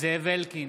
זאב אלקין,